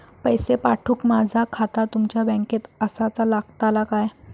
पैसे पाठुक माझा खाता तुमच्या बँकेत आसाचा लागताला काय?